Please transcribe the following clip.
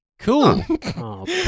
Cool